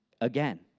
Again